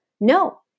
No